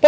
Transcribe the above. Podsetiću